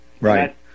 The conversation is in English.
Right